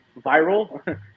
viral